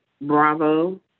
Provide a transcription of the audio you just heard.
Bravo